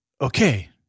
Okay